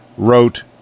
wrote